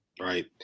right